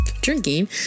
drinking